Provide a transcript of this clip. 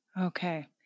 Okay